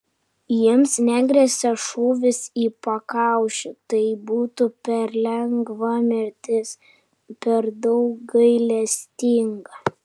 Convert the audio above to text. jiems negresia šūvis į pakaušį tai būtų per lengva mirtis per daug gailestinga